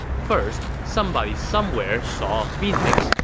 first, somebody somewhere saw a phoenix,